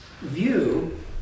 view